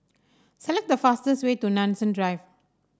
select the fastest way to Nanson Drive